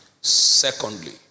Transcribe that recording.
secondly